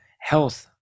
health